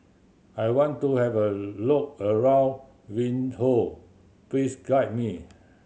I want to have a look around Windhoek please guide me